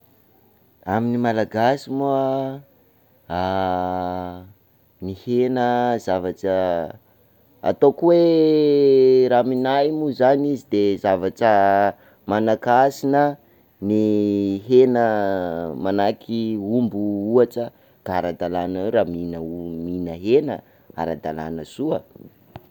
Amin'ny Malagasy moa, ny hena zavatra ataoko hoe, raha aminahy moa zany izy de zavatra mana-kasina ny hena manahaka omby ohatra, ara-dalana raha mina- mihina hena, ara-dalana soa.